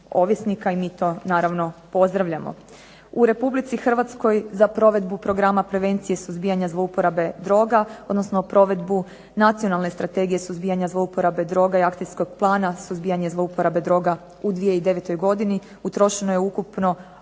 U Republici Hrvatskoj za provedbu programa prevencije suzbijanja zlouporabe droga, odnosno provedbu nacionalne strategije suzbijanja zlouporabe droga i akcijskog plana suzbijanja zlouporabe droga u 2009. godini, utrošeno je ukupno